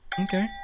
okay